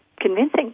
convincing